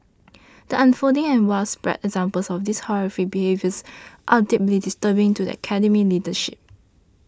the unfolding and widespread examples of this horrific behaviours are deeply disturbing to the Academy's leadership